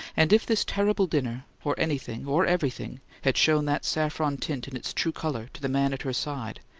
and, if this terrible dinner, or anything, or everything, had shown that saffron tint in its true colour to the man at her side,